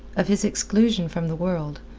of his exclusion from the world,